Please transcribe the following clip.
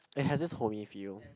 it has this homey feel